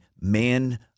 man